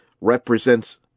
represents